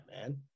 man